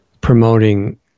promoting